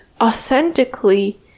authentically